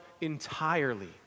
entirely